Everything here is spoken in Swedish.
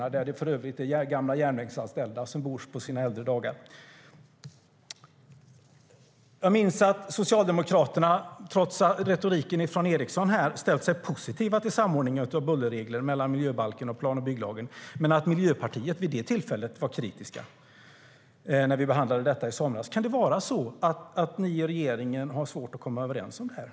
Där bor för övrigt gamla järnvägsanställda på äldre dagar. Jag minns att Socialdemokraterna, trots retoriken från Eriksson här, ställde sig positiva till samordningen av bullerregler mellan miljöbalken och plan och bygglagen men att Miljöpartiet var kritiskt när vi behandlade detta i somras. Kan det vara så att ni i regeringen har svårt att komma överens om detta?